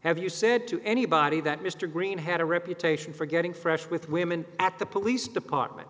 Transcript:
have you said to anybody that mr green had a reputation for getting fresh with women at the police department